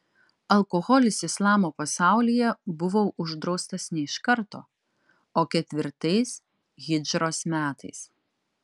alkoholis islamo pasaulyje buvo uždraustas ne iš karto o ketvirtais hidžros metais